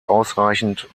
ausreichend